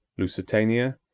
lusitania,